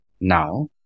Now